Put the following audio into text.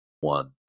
one